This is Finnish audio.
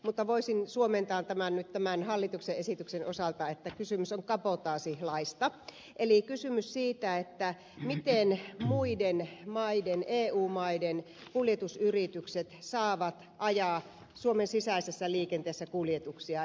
mutta voisin suomentaa tämän hallituksen esityksen osalta että kysymys on kabotaasilaista eli kysymys on siitä miten muiden eu maiden kuljetusyritykset saavat ajaa suomen sisäisessä liikenteessä kuljetuksia